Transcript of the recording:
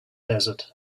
desert